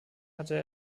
hatte